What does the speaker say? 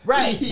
Right